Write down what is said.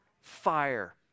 Fire